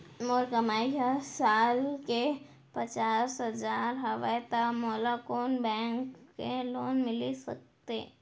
मोर कमाई ह साल के पचास हजार हवय त मोला कोन बैंक के लोन मिलिस सकथे?